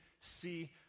see